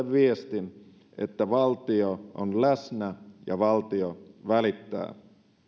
viestin että valtio on läsnä ja valtio välittää